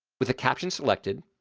with a caption selected,